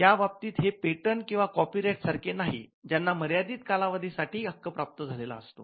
या बाबतीत हे पेटंट किंवा कॉपी राईट सारखे नाही ज्यांना मर्यादित कालावधी साठी हक्क प्राप्त झालेला असतो